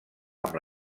amb